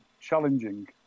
challenging